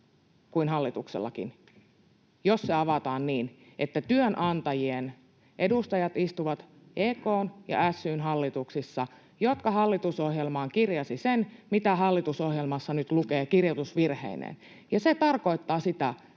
kuin hallituksellakin, jos se avataan niin, että työnantajien edustajat istuvat EK:n ja SY:n hallituksissa, jotka hallitusohjelmaan kirjasivat sen, mitä hallitusohjelmassa nyt lukee, kirjoitusvirheineen. Se tarkoittaa, että